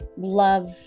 love